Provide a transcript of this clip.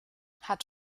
hat